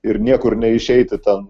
ir niekur neišeiti ten